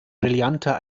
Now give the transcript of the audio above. brillanter